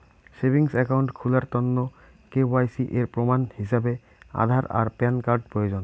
savings account খুলার তন্ন KYC এর প্রমাণ হিছাবে আধার আর প্যান কার্ড প্রয়োজন